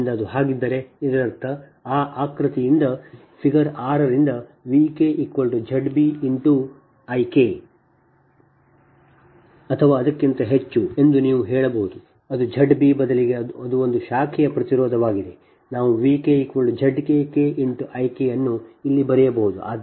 ಆದ್ದರಿಂದ ಅದು ಹಾಗಿದ್ದರೆ ಇದರರ್ಥ ಈ ಆಕೃತಿಯಿಂದ ಫಿಗರ್ 6 ರಿಂದ V k Z b I k ಅಥವಾ ಅದಕ್ಕಿಂತ ಹೆಚ್ಚು ಎಂದು ನೀವು ಹೇಳಬಹುದು ಅದು Z b ಬದಲಿಗೆ ಅದು ಒಂದು ಶಾಖೆಯ ಪ್ರತಿರೋಧವಾಗಿದೆ ನಾವು V k Z kk I k ಅನ್ನು ಇಲ್ಲಿ ಬರೆಯಬಹುದು